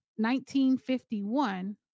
1951